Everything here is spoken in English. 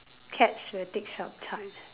cats will take some time